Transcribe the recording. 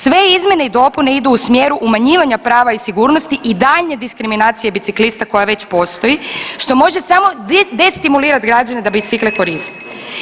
Sve izmjene i dopune idu u smjeru umanjivanja prava i sigurnosti i daljnje diskriminacije biciklista koja već postoji što može samo destimulirat građane da bicikle koriste.